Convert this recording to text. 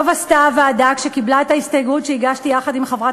טוב עשתה הוועדה כשקיבלה את ההסתייגות שהגשתי יחד עם חברת